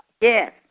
Yes